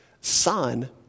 son